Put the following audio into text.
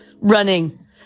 running